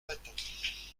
matins